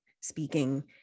speaking